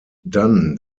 dann